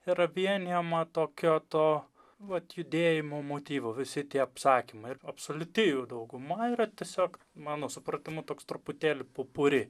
yra vienijama tokio to vat judėjimo motyvo visi tie apsakymai ir absoliuti jų dauguma yra tiesiog mano supratimu toks truputėlį popuri